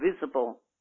visible